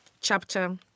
chapter